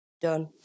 Done